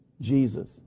jesus